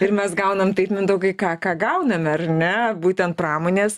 ir mes gaunam taip mindaugai ką ką gauname ar ne būtent pramonės